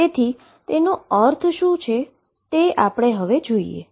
તેથી તેનો અર્થ શું છે તે હવે આપણે જોઈએ